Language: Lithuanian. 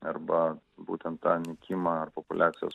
arba būtent tą nykimą ar populiacijos